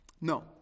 No